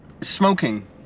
smoking